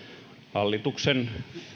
hallituksen